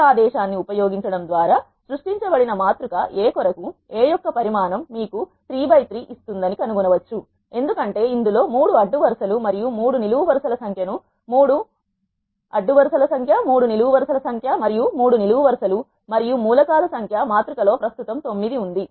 ఈ ఆదేశాన్ని ఉపయోగించడం ద్వారా సృష్టించబడిన మాతృక A కొరకుA యొక్క పరిమాణం మీకు 33 ఇస్తుందని కనుగొనవచ్చు ఎందుకంటే ఇందులో 3 అడ్డు వరుస లు మరియు 3 నిలువు వరుస ల సంఖ్య 3 మరియు నిలువు వరుస లు మరియు మూల కాల సంఖ్య మాతృక లో ప్రస్తుతం 9 ఉంది